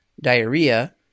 diarrhea